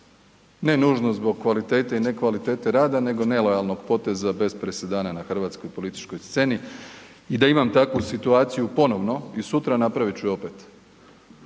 ne nužno zbog kvalitete i ne kvalitete rada nego nelojalnog poteza bez presedana na hrvatskoj političkoj sceni i da imam takvu situaciju ponovno i sutra i napravit ću je opet.